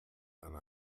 einer